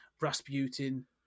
Rasputin